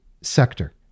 sector